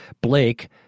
Blake